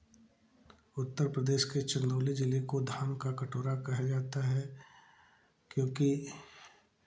उत्तर प्रदेश के चंदौली जिले को धान का कटोरा कहा जाता है क्योंकि